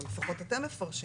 או לפחות אתם מפרשים,